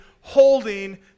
holding